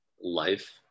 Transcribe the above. life